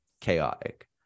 chaotic